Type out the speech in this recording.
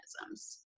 mechanisms